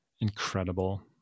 incredible